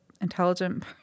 intelligent